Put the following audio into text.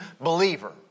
believer